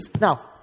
Now